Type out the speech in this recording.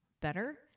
better